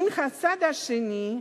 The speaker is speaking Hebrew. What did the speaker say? מן הצד השני,